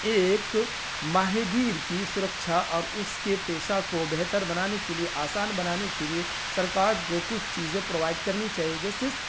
ایک ماہی گیر کی سرکشا اور اس کے پیشہ کو بہتر بنانے کے لیے آسان بنانے کے لیے سرکار کو کچھ چیزیں پرووائڈ کرنی چاہیے جیسے